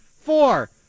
four